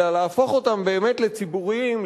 אלא להפוך אותם באמת לציבוריים,